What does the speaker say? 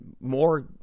more